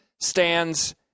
stands